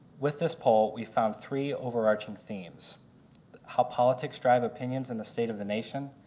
with this poll we found three overarching themes how politics drive opinions in the state of the nation,